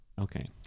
okay